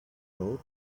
lot